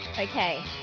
Okay